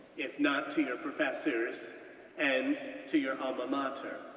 if not to your professors and to your alma mater.